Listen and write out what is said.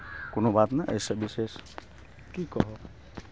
कोनो बात नहि एहिसँ विशेष की कहब